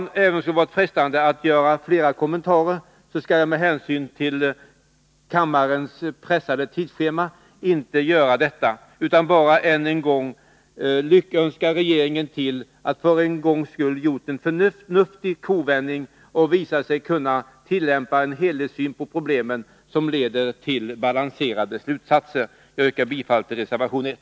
Även om det skulle varit frestande att göra flera kommentarer, skall jag med hänsyn till kammarens pressade tidsschema inte göra det, utan bara än en gång lyckönska regeringen till att för en gångs skull ha gjort en förnuftig kovändning och visat sig kunna tillämpa en helhetssyn på problemen som leder till balanserade slutsatser. Jag yrkar bifall till reservation 1.